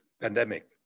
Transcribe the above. pandemic